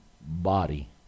body